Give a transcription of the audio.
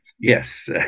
yes